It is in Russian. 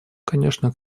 конечно